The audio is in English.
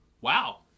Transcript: wow